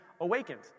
awakened